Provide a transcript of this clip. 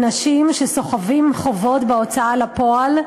אנשים שסוחבים חובות בהוצאה לפועל,